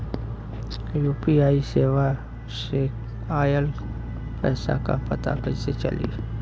UPI सेवा से ऑयल पैसा क पता कइसे चली?